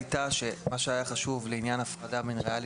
מה שהיה חשוב לעניין הפרדה בין ריאלי